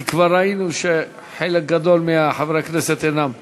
כי כבר ראינו שחלק גדול מחברי הכנסת אינם נוכחים.